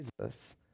Jesus